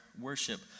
worship